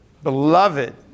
Beloved